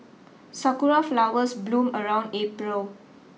sakura flowers bloom around April